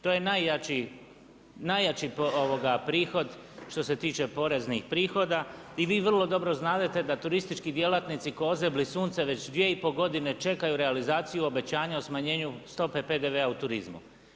To je najjači prihod što se tiče poreznih prihoda i vi vrlo dobro znadete da turistički djelatnici ko' ozebli sunce već dvije i pol godine čekaju realizaciju obećanja o smanjenju stope PDV-a u turizmu.